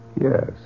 Yes